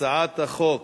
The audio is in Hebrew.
ההצעה להעביר את הצעת חוק